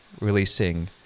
releasing